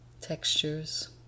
Textures